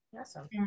Awesome